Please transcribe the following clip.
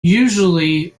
usually